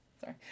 sorry